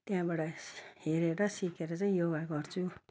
त्यहाँबाट हेरेरे सिकेर चाहिँ योगा गर्छु